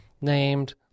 named